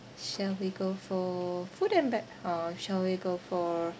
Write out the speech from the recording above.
shall we go for food and bev~ or shall we go for